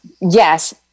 Yes